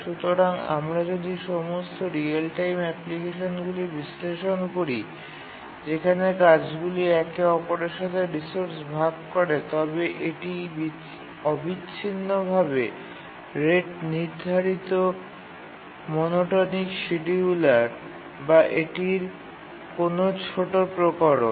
সুতরাং আমরা যদি সমস্ত রিয়েল টাইম অ্যাপ্লিকেশনগুলি বিশ্লেষণ করি যেখানে কাজগুলি একে অপরের সাথে রিসোর্স ভাগ করে তবে এটি অবিচ্ছিন্নভাবে রেট নির্ধারিত মনোটনিক শিডিয়ুলার বা এটির কোন ছোট প্রকরণ